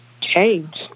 Change